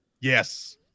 Yes